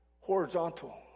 horizontal